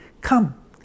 Come